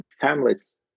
families